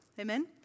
Amen